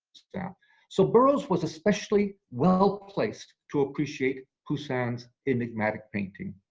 yeah so burroughs was especially well placed to appreciate poussin's enigmatic painting.